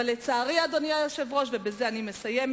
אבל לצערי, אדוני היושב-ראש, ובזה אני מסיימת,